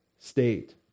state